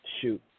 shoot